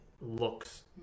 looks